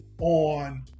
on